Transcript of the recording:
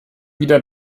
wieder